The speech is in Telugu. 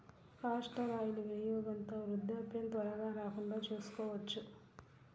కాస్టర్ ఆయిల్ వినియోగంతో వృద్ధాప్యం త్వరగా రాకుండా చూసుకోవచ్చు